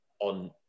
on